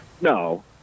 no